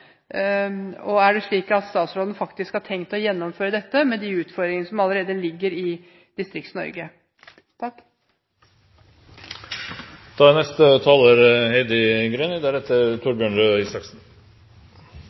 make. Er det slik at dette er hjemlet i rovviltforliket, og er det slik at statsråden faktisk har tenkt å gjennomføre dette med de utfordringene som allerede ligger i